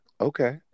Okay